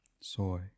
soy